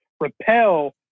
repel